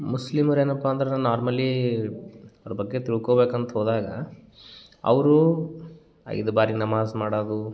ಮುಸ್ಲಿಮರು ಏನಪ್ಪ ಅಂದ್ರ ನಾರ್ಮಲೀ ಅವ್ರ ಬಗ್ಗೆ ತಿಳ್ಕೊಬೇಕು ಅಂತ ಹೋದಾಗ ಅವರು ಐದು ಬಾರಿ ನಮಾಸ್ ಮಾಡದು